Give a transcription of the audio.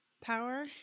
power